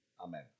Amen